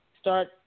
start